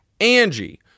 Angie